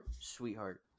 Sweetheart